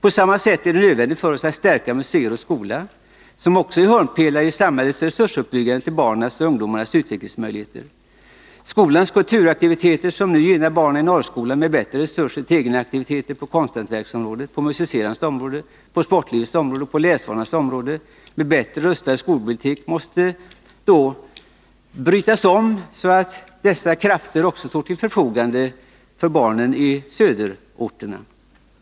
På samma sätt är det nödvändigt för oss att stärka museer och skola, som också är hörnpelare i samhällets resursuppbyggande för barnens och ungdomarnas utvecklingsmöjligheter. Skolans kulturaktiviteter, som nu gynnar barnen i norrskolor med bättre resurser till egenaktiviteter på konsthantverkets område, på musicerandets område, på sportlivets område och på läsvanornas område med bättre rustade skolbibliotek, måste då brytas om, så att dessa krafter också står till förfogande för barnen i söderorterna.